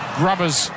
grubbers